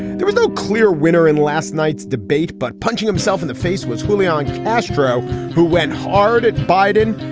there was no clear winner in last night's debate but punching himself in the face was clearly on astro who went hard at biden.